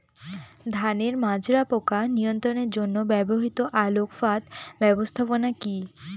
ধানের মাজরা পোকা নিয়ন্ত্রণের জন্য ব্যবহৃত আলোক ফাঁদ ব্যবস্থাপনা কি?